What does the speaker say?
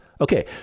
okay